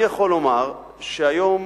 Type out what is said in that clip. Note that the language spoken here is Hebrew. אני יכול לומר שהיום